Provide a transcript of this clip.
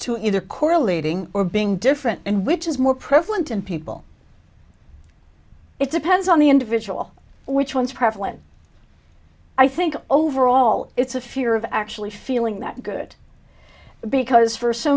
two either correlating or being different and which is more prevalent in people it depends on the individual and which ones are prevalent i think overall it's a fear of actually feeling that good because for so